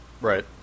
Right